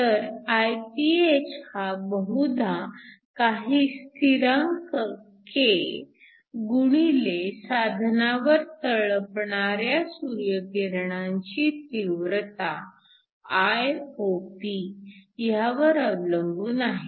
तर Iph हा बहुधा काही स्थिरांक K गुणिले साधनावर तळपणाऱ्या सूर्यकिरणांची तीव्रता Iop ह्यावर अवलंबून आहे